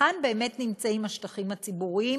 היכן באמת נמצאים השטחים הציבוריים,